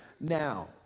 now